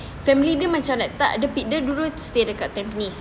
family dia macam like tak dia dulu stay dekat tampines